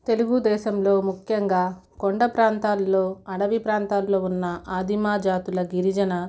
తెలుగుదేశంలో ముఖ్యంగా కొండ ప్రాంతాలలో అడవి ప్రాంతాలలో ఉన్న ఆదిమ జాతుల గిరిజన